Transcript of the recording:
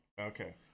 Okay